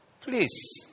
please